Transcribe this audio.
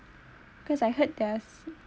cause I heard there's